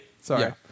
Sorry